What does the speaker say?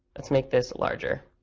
let's make this larger.